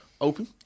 open